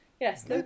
Yes